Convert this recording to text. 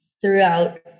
throughout